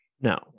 No